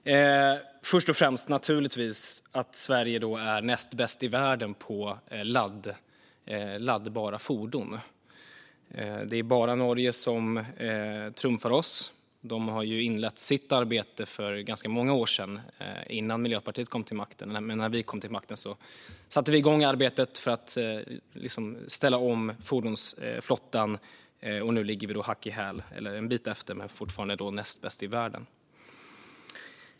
Först och främst handlar det naturligtvis om att Sverige är näst bäst i världen på laddbara fordon. Det är bara Norge som övertrumfar oss. De inledde ju sitt arbete för ganska många år sedan, innan Miljöpartiet kom till makten. När vi kom till makten satte vi igång arbetet med att ställa om fordonsflottan, och nu ligger vi hack i häl på Norge - en bit efter men fortfarande näst bäst i världen.